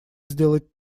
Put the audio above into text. сделать